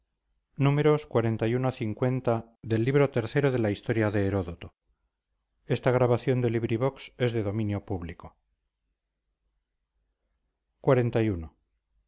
prendado de la discreción de